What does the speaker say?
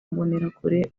mbonerakure